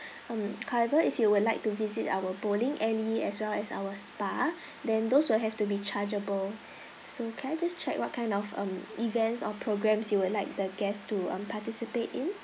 mm however if you would like to visit our bowling alley as well as our spa than those will have to be chargeable so can I just check what kind of a events or programs you would like the guests to participate in